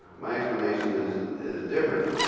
my explanation is is different.